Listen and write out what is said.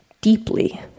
deeply